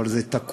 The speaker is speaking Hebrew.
אבל זה תקוע.